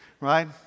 right